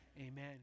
Amen